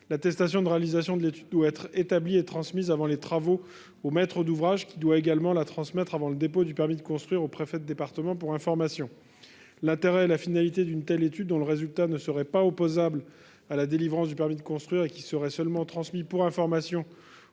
L'attestation de réalisation de l'étude doit être établie et transmise avant les travaux au maître d'ouvrage, qui doit également la transmettre avant le dépôt du permis de construire au préfet de département pour information. L'intérêt et la finalité d'une telle étude, dont le résultat ne serait pas opposable à la délivrance du permis de construire, mais serait seulement transmis pour information